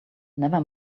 never